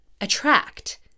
attract